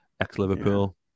ex-Liverpool